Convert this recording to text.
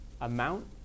amount